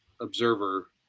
observer